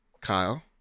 Kyle